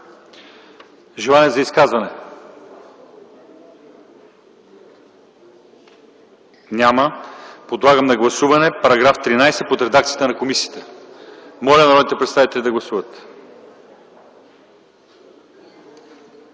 Желания за изказвания? Няма. Подлагам на гласуване новия § 15 в редакция на комисията. Моля народните представители да гласуват.